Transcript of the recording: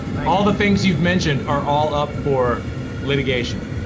all the things you've mentioned are all up for litigation.